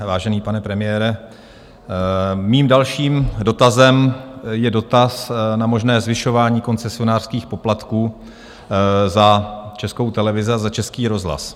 Vážený pane premiére, mým dalším dotazem je dotaz na možné zvyšování koncesionářských poplatků za Českou televizi a za Český rozhlas.